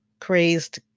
crazed